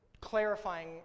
clarifying